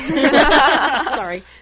Sorry